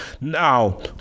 Now